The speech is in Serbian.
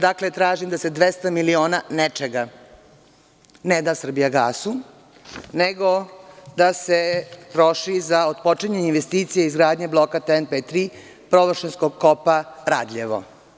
Dakle, tražim da se 200 miliona nečega ne da „Srbijagasu“, nego da se troši otpočinjanje investicija izgradnje bloka TENT B-3 površinskog kopa Radljevo.